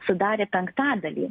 sudarė penktadalį